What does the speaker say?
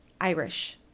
Irish